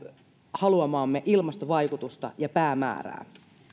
haluamaamme ilmastovaikutusta ja päämäärää